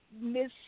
Miss